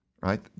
right